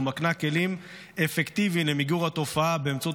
והיא מקנה כלים אפקטיביים למיגור התופעה באמצעות